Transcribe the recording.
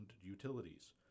utilities